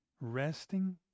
resting